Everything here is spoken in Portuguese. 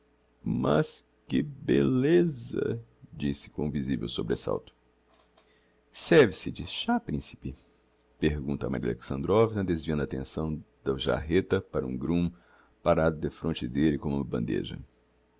mas que belleza disse com visivel sobresalto serve-se de chá principe pergunta maria alexandrovna desviando a attenção do jarreta para um groom parado defronte d'elle com uma bandeja